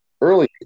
early